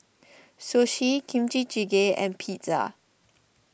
Sushi Kimchi Jjigae and Pizza